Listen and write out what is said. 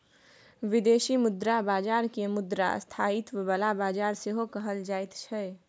बिदेशी मुद्रा बजार केँ मुद्रा स्थायित्व बला बजार सेहो कहल जाइ छै